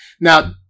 now